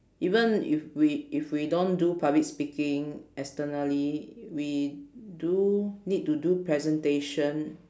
even if we if we don't do public speaking externally we do need to do presentation